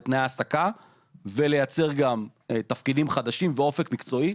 בתנאי העסקה וביצירה של אופק מקצועי,